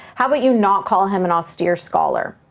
how about you not call him an austere scholar?